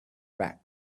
back